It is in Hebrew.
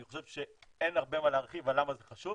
אני חושב שאין הרבה מה להרחיב על למה זה חשוב.